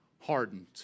hardened